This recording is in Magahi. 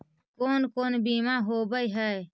कोन कोन बिमा होवय है?